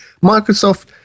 Microsoft